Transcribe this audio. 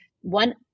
One